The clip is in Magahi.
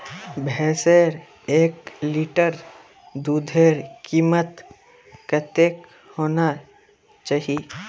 भैंसेर एक लीटर दूधेर कीमत कतेक होना चही?